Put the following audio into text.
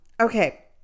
okay